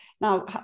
Now